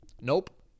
Nope